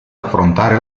affrontare